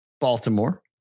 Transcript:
Baltimore